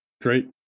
great